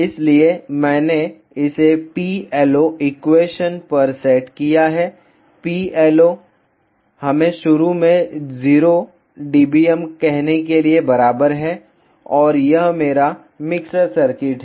इसलिए मैंने इसे P LO एक्वेशन पर सेट किया है P LO हमें शुरू में 0 dBm कहने के लिए बराबर है और यह मेरा मिक्सर सर्किट है